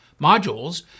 modules